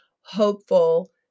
hopeful